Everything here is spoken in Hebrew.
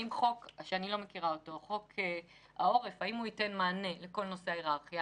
האם חוק העורף ייתן מענה לכל נושא ההיררכיה?